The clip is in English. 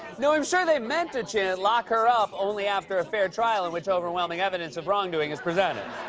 no, i'm sure they meant to chant, lock her up only after a fair trail in which overwhelming evidence of wrongdoing is presented.